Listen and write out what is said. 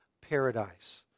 paradise